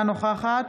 נוכחת